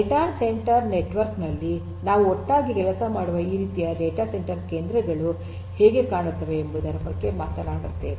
data centre network ನಲ್ಲಿ ನಾವು ಒಟ್ಟಾಗಿ ಕೆಲಸ ಮಾಡುವ ಈ ರೀತಿಯ ಇಂಟರ್ನೆಟ್ ಡೇಟಾ ಕೇಂದ್ರಗಳು ಹೇಗೆ ಕಾಣುತ್ತವೆ ಎಂಬುದರ ಬಗ್ಗೆ ಮಾತನಾಡುತ್ತಿದ್ದೇವೆ